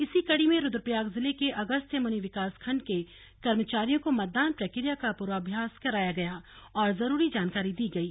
इसी कड़ी में रूद्रप्रयाग जिले के अगस्त्यमुनि विकास खण्ड के कर्मचारियों को मतदान प्रक्रिया का पूर्वाभ्यास कराया गया और जरूरी जानकारियां दी गयी